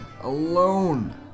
alone